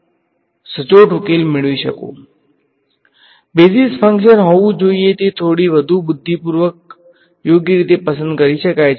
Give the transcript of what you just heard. વિદ્યાર્થી basis function basis function હોવું જોઈએ તે થોડી વધુ બુદ્ધિપૂર્વક યોગ્ય રીતે પસંદ કરી શકાય છે